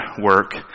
work